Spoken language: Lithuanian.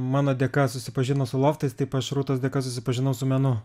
mano dėka susipažino su loftais taip aš rūtos dėka susipažinau su menu